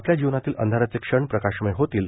आपल्या जीवनातील अंधाराचे क्षण प्रकाशमय होतील